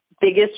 biggest